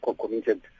committed